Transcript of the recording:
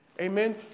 Amen